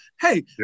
Hey